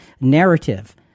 narrative